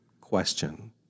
question